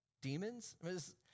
demons